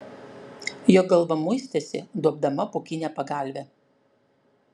jo galva muistėsi duobdama pūkinę pagalvę